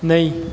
नई